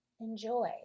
enjoy